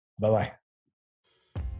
Bye-bye